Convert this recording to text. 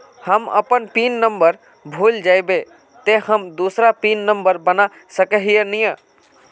हम अपन PIN number भूल जयबे ते हम दूसरा पिन नंबर बना सके है नय?